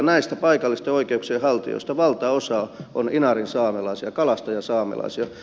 näistä paikallisten oikeuksien haltijoista valtaosa on inarinsaamelaisia kalastajasaamelaisia